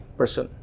person